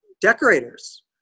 decorators